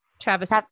Travis